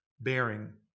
bearing